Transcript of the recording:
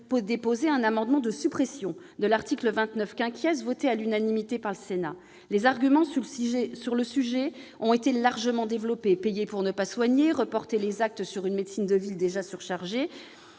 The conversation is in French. déposé un amendement de suppression de l'article 29 , voté à l'unanimité par le Sénat. Sur ce sujet, les arguments ont été largement développés : payer pour ne pas soigner, reporter les actes sur une médecine de ville déjà surchargée